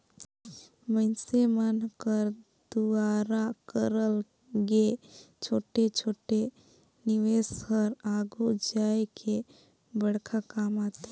मइनसे मन कर दुवारा करल गे छोटे छोटे निवेस हर आघु जाए के बड़खा काम आथे